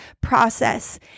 process